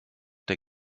der